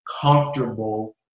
comfortable